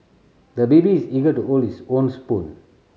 the baby is eager to hold his own spoon